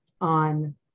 on